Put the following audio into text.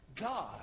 God